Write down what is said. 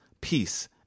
peace